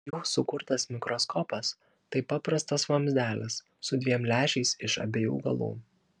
jų sukurtas mikroskopas tai paprastas vamzdelis su dviem lęšiais iš abiejų galų